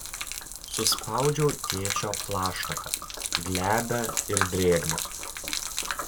suspaudžiau tėčio plaštaką glebią ir drėgną